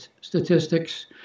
statistics